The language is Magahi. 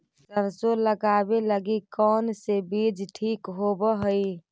सरसों लगावे लगी कौन से बीज ठीक होव हई?